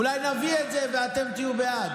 אולי נביא את זה ואתם תהיו בעד.